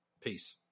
Peace